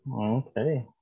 Okay